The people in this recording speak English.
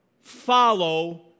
Follow